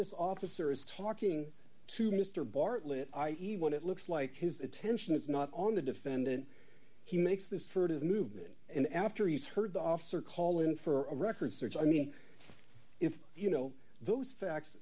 this officer is talking to mr bartlett i e what it looks like his attention is not on the defendant he makes this furtive movement and after he's heard the officer call in for a record search i mean if you know those facts